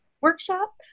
workshop